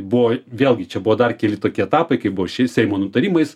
buvo vėlgi čia buvo dar keli tokie etapai kai buvo šis seimo nutarimais